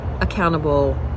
accountable